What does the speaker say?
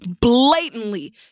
blatantly